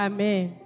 Amen